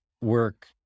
work